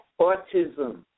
autism